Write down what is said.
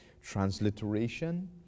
transliteration